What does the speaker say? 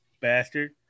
Bastard